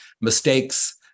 mistakes